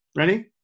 ready